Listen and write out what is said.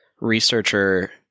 researcher